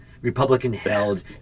Republican-held